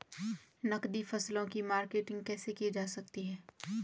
नकदी फसलों की मार्केटिंग कैसे की जा सकती है?